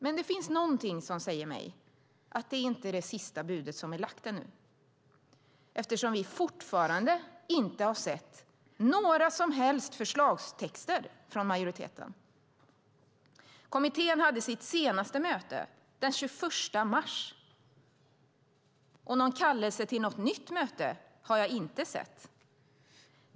Men det finns någonting som säger mig att det inte är det sista budet som är lagt än, eftersom vi fortfarande inte har sett några som helst förslagstexter från majoriteten. Kommittén hade sitt senaste möte den 21 mars, och någon kallelse till något nytt möte har jag inte sett.